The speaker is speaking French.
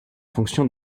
fonction